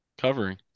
covering